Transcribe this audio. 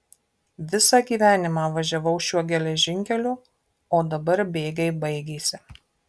visą gyvenimą važiavau šiuo geležinkeliu o dabar bėgiai baigėsi